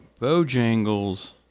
Bojangles